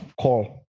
call